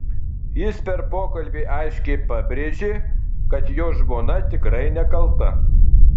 jis per pokalbį aiškiai pabrėžė kad jo žmona tikrai nekalta